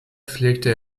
pflegte